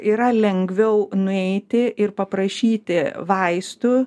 yra lengviau nueiti ir paprašyti vaistų